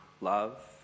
love